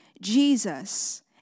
Jesus